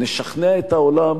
נשכנע את העולם,